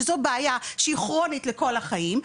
שזו בעיה כרונית לכל החיים,